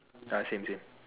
ya same same